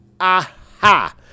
Aha